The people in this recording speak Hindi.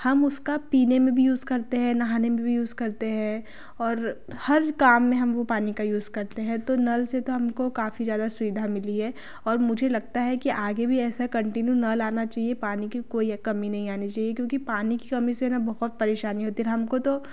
हम उसका पीने में भी यूज़ करते हैं नहाने में यूज़ करते हैं और हर काम में हम वो पानी का यूज़ करते हैं तो नल से तो हमको काफ़ी ज़्यादा सुविधा मिली है और मुझे लगता है कि आगे भी ऐसा कंटिन्यू लाना चाहिए पानी की कोई कमी नहीं आनी चाहिए क्योंकि पानी की कमी से ना बहुत परेशानी होती है हमको तो